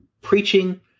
preaching